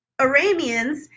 Arameans